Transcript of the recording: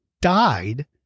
died